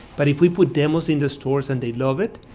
but if we put demos in the stores, and they love it,